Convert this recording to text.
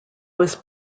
was